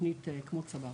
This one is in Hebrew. לתוכנית כמו צבר,